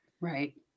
Right